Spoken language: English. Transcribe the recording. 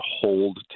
hold